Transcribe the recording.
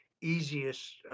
easiest